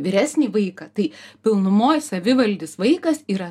vyresnį vaiką tai pilnumoj savivaldis vaikas yra